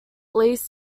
least